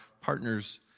partners